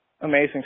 amazing